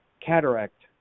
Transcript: cataract